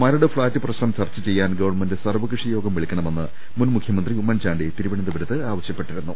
Maradu flat പ്രശ്നം ചർച്ച ചെയ്യാൻ ഗവൺമെന്റ് സർവ്വകക്ഷിയോഗം വിളിക്കണമെന്ന് മുൻ മുഖ്യമന്ത്രി ഉമ്മൻചാണ്ടി തിരുവനന്തപുരത്ത് ആവശ്യപ്പെട്ടിരുന്നു